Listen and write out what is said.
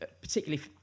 particularly